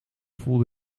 voelde